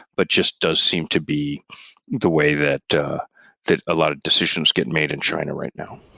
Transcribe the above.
but just does seem to be the way that that a lot of decisions get made in china right now.